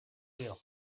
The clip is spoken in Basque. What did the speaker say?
dio